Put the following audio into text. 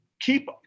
Keep